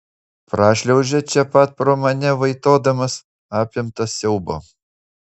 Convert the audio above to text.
prašliaužia čia pat pro mane vaitodamas apimtas siaubo